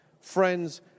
Friends